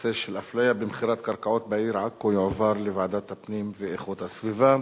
הנושא של אפליה במכירת קרקעות יועבר לוועדת הפנים ואיכות הסביבה.